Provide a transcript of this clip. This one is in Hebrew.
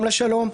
גם לשלום,